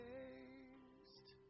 Taste